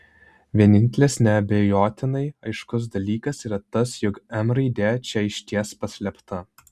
vienintelis neabejotinai aiškus dalykas yra tas jog m raidė čia išties paslėpta